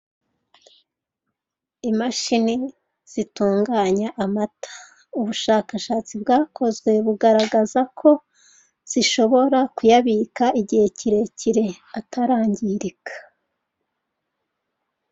Imashini zitunganya amata, ubushakashatsi bwakozwe bugaragaza ko zishobora kuyabika igihe kirekire atarangirika.